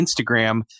Instagram